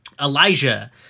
Elijah